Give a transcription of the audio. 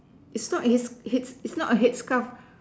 is not his his is not a head scarf